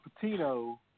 Patino